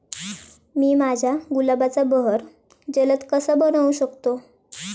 मी माझ्या गुलाबाचा बहर जलद कसा बनवू शकतो?